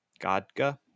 Godga